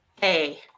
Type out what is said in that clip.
Hey